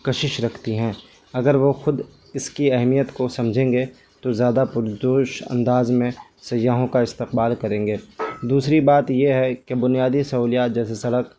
کشش رکھتی ہیں اگر وہ خود اس کی اہمیت کو سمجھیں گے تو زیادہ پر جوش انداز میں سیاحوں کا استقبال کریں گے دوسری بات یہ ہے کہ بنیادی سہولیات جیسے سڑک